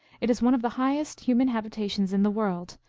it is one of the highest human habitations in the world,